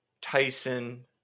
Tyson